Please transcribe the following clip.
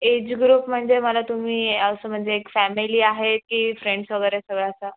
age group म्हणजे मला तुम्ही असं म्हणजे एक फॅमेली आहे की फ्रेंड्स वगैरे सगळा असा